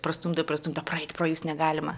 prastumdo prastumdo praeit pro jus negalima